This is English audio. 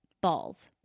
Balls